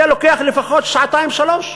זה לוקח לפחות שעתיים-שלוש,